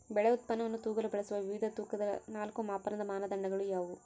ಬೆಳೆ ಉತ್ಪನ್ನವನ್ನು ತೂಗಲು ಬಳಸುವ ವಿವಿಧ ತೂಕದ ನಾಲ್ಕು ಮಾಪನದ ಮಾನದಂಡಗಳು ಯಾವುವು?